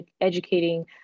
educating